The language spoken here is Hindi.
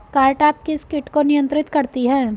कारटाप किस किट को नियंत्रित करती है?